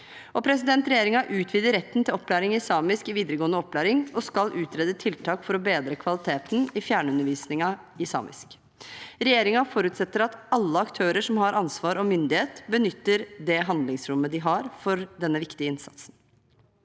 Regjeringen utvider retten til opplæring i samisk i videregående opplæring og skal utrede tiltak for å bedre kvaliteten i fjernundervisningen i samisk. Regjeringen forutsetter at alle aktører som har ansvar og myndighet, benytter det handlingsrommet de har for denne viktige innsatsen.